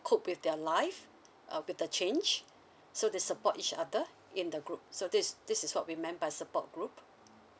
cope with their life uh with the change so they support each other in the group so this this is what we meant by support group